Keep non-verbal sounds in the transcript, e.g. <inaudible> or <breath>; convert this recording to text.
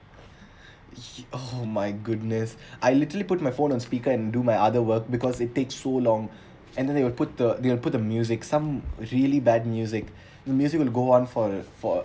<breath> oh my goodness <breath> I literally put my phone on speaker and do my other work because it take so long and then they will put the they will put the music some really bad music <breath> the music would go on for a for